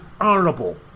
honorable